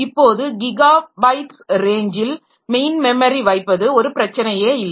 இப்போது கிகாபைட்ஸ் ரேஞ்சில் main memory வைப்பது ஒரு பிரச்சனையே இல்லை